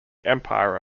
empire